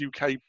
UK